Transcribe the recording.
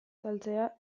saltzea